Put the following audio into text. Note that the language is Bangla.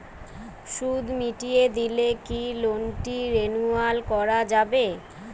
সুদ মিটিয়ে দিলে কি লোনটি রেনুয়াল করাযাবে?